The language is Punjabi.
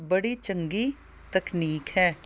ਬੜੀ ਚੰਗੀ ਤਕਨੀਕ ਹੈ